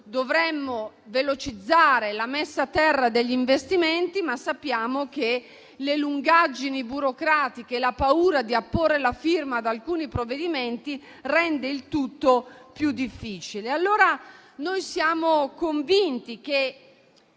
Dovremmo velocizzare la messa a terra degli investimenti, ma sappiamo che le lungaggini burocratiche e la paura di apporre la firma su alcuni provvedimenti rendono il tutto più difficile. Siamo sì convinti che